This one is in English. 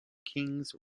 kings